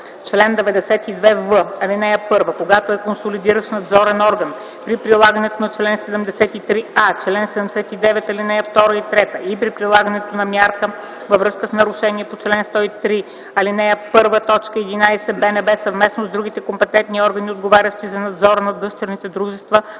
Чл. 92в. (1) Когато е консолидиращ надзорен орган, при прилагането на чл. 73а, чл. 79, ал. 2 и 3 и при прилагането на мярка във връзка с нарушение по чл. 103, ал. 1, т. 11, БНБ съвместно с другите компетентни органи, отговарящи за надзора над дъщерните дружества